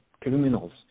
criminals